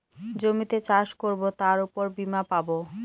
জমিতে চাষ করবো তার উপর বীমা পাবো